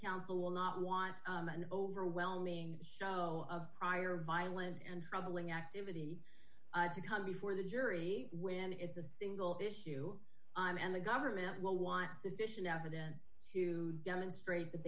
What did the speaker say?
counsel will not want an overwhelming show of prior violent and troubling activity to come before the jury when it's a single issue and the government will want sufficient evidence to demonstrate that